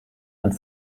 and